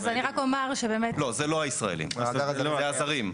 לא, זה לא הישראלים, זה הזרים.